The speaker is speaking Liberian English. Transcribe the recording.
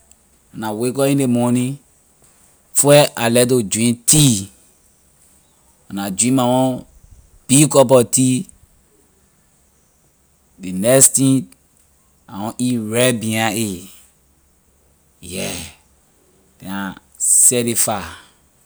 When I wake up in ley morning first I like to drink tea when I dink my one big cup of tea ley next thing I want eat rice behind it yeah then I satisfy